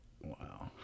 Wow